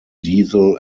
diesel